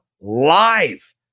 live